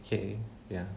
okay wait ah